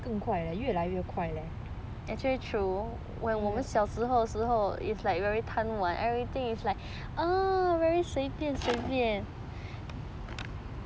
过得更快 leh 越来越快